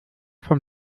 vom